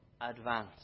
advance